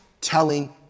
telling